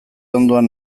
ondoan